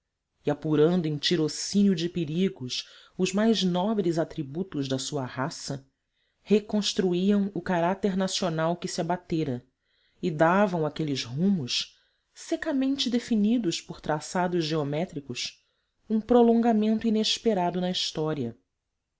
e apurando em tirocínio de perigos os mais nobres atributos da sua raça reconstruíram o caráter nacional que se abatera e davam àqueles rumos secamente definidos por traçados geométricos um prolongamento inesperado na história